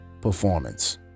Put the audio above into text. performance